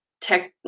tech